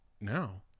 now